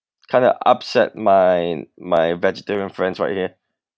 kind of upset my my vegetarian friends right here